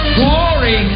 glory